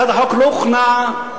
הצעת החוק לא הוכנה בחטף.